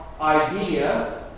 idea